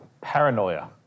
Paranoia